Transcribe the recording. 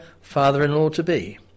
father-in-law-to-be